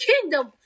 kingdom